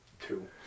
two